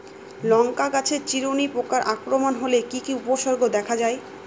লঙ্কা গাছের চিরুনি পোকার আক্রমণ হলে কি কি উপসর্গ দেখা যায়?